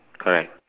correct